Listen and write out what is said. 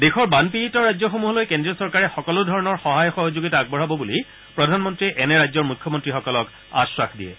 দেশৰ বানপীড়িত ৰাজ্যসমূহলৈ কেন্দ্ৰীয় চৰকাৰে সকলোধৰণৰ সহায় সহযোগিতা আগবঢ়াব বুলি প্ৰধানমন্ত্ৰীয়ে এনে ৰাজ্যৰ মুখ্যমন্ত্ৰীসকলক আশ্বাস দিয়ে